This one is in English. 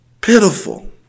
Pitiful